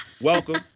Welcome